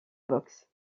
boxe